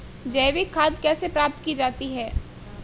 जैविक खाद कैसे प्राप्त की जाती है?